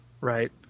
right